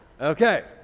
okay